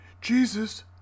Jesus